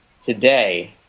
today